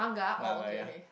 manga ya